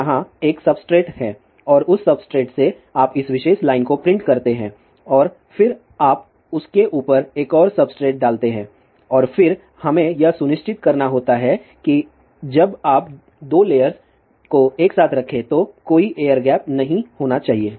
यहाँ एक सब्सट्रेट है और उस सब्सट्रेट से आप इस विशेष लाइन को प्रिंट करते हैं और फिर आप उसके ऊपर एक और सब्सट्रेट डालते हैं और फिर हमें यह सुनिश्चित करना होता है कि जब आप 2 लेयर्स को एक साथ रखें तो कोई एयर गैप नहीं होना चाहिए